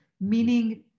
meaning